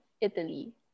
Italy